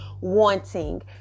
wanting